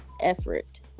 effort